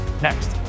next